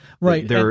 Right